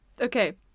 okay